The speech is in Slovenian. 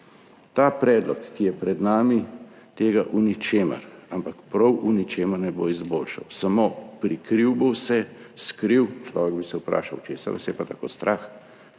Ta predlog, ki je pred nami, tega v ničemer, ampak prav v ničemer ne bo izboljšal. Samo prikril bo vse, skril. Človek bi se vprašal,